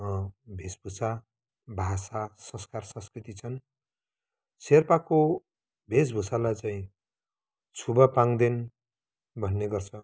वेशभूषा भाषा संस्कार संस्कृति छन् सेर्पाको वेशभूषालाई चाहिँ छुबा पाङदेन भन्ने गर्छ